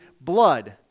blood